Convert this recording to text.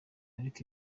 ariko